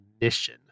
mission